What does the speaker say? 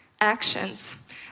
actions